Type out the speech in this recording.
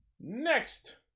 Next